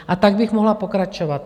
A tak bych mohla pokračovat.